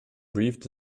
breathed